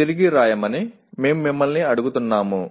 తిరిగి వ్రాయమని మేము మిమ్మల్ని అడుగుతాము